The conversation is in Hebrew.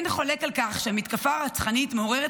אין חולק על כך שמתקפה רצחנית מעוררת